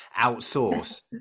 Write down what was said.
outsource